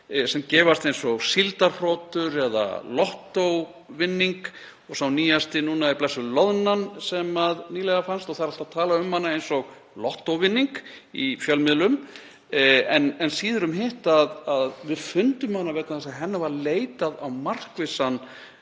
sem gefast eins og síldarhrotur eða lottóvinning. Sá nýjasti er blessuð loðnan sem nýlega fannst og alltaf talað um hana eins og lottóvinning í fjölmiðlum en síður um hitt að við fundum hana vegna þess að hennar var leitað á markvissan